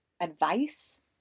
advice